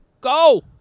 Go